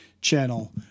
channel